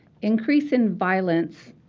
increase in violence,